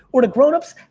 or the grownups,